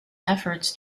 efforts